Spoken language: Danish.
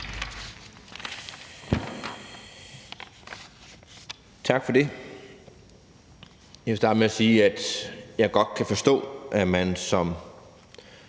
Tak for det. Jeg vil starte med at sige, at jeg godt kan forstå, at man som